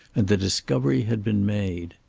and the discovery had been made.